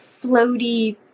floaty